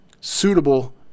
suitable